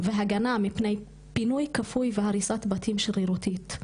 והגנה מפני פינוי כפוי והריסת בתים שרירותית.